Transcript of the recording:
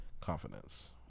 confidence